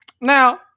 Now